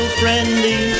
friendly